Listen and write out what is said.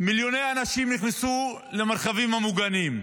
מיליוני אנשים נכנסו למרחבים המוגנים,